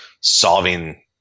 solving